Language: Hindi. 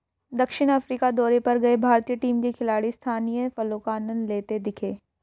दक्षिण अफ्रीका दौरे पर गए भारतीय टीम के खिलाड़ी स्थानीय फलों का आनंद लेते दिखे